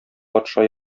патша